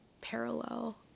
parallel